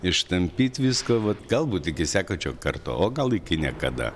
ištampyt viską vat galbūt iki sekančio karto o gal iki niekada